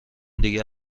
دیگه